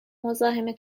مزاحم